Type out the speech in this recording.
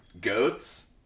goats